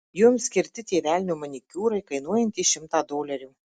joms skirti tie velnio manikiūrai kainuojantys šimtą dolerių